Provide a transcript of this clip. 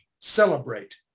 celebrate